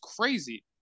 crazy